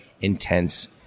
intense